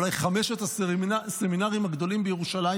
אולי חמשת הסמינרים הגדולים בירושלים